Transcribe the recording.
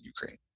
Ukraine